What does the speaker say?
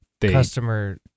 Customer